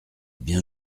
bien